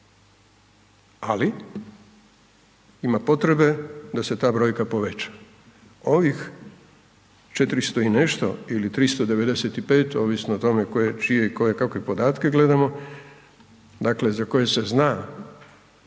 ali ima potrebe da se ta brojka poveća. Ovih 400 i nešto ili 395 ovisno o tome koje, čije i kakve podatke gledamo, dakle za koje se zna